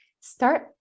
start